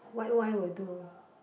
white wine will do